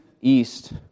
east